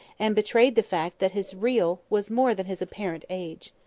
and betrayed the fact that his real was more than his apparent age.